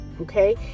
okay